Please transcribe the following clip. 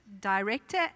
director